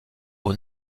aux